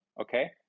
Okay